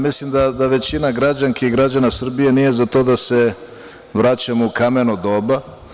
Mislim da većina građanki i građana Srbije nije za to da se vraćamo u kameno doba.